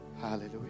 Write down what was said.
Hallelujah